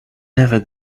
never